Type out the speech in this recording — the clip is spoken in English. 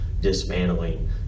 dismantling